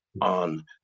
on